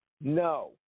No